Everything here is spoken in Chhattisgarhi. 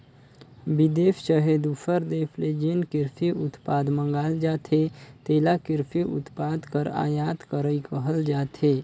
बिदेस चहे दूसर देस ले जेन किरसी उत्पाद मंगाल जाथे तेला किरसी उत्पाद कर आयात करई कहल जाथे